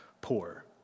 poor